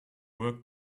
work